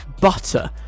butter